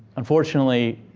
unfortunately,